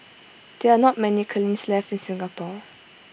there are not many kilns left in Singapore